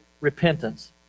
repentance